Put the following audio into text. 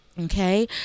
Okay